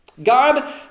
God